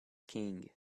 king